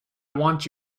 want